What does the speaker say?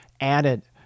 added